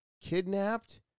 kidnapped